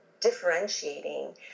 differentiating